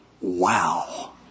wow